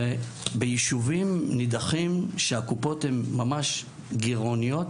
ביישובים נידחים שהקופות הן ממש גרעוניות,